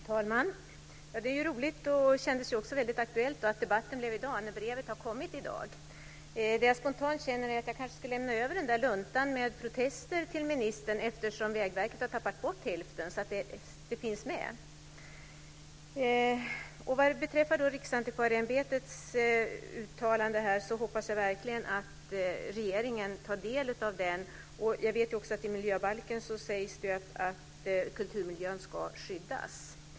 Fru talman! Det är roligt, och känns också aktuellt, att debatten blev i dag när brevet har kommit i dag. Det jag spontant känner är att jag kanske ska lämna över luntan med protester till ministern så att de finns med, eftersom Vägverket har tappat bort hälften. Vad beträffar Riksantikvarieämbetets uttalande hoppas jag verkligen att regeringen tar del av det. Jag vet att det i miljöbalken sägs att kulturmiljön ska skyddas.